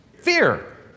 fear